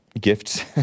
gifts